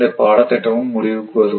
இந்த பாடத்திட்டமும் முடிவுக்கு வரும்